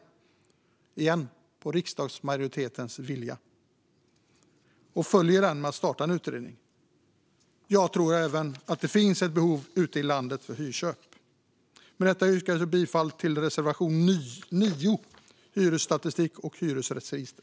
Jag säger det igen - på riksdagsmajoritetens vilja. Jag hoppas att man följer den genom att starta en utredning. Jag tror även att det finns ett behov ute i landet av hyrköp. Med detta yrkar jag bifall till reservation 9 om hyresstatistik och hyresrättsregister.